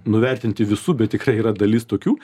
nuvertinti visų bet tikrai yra dalis tokių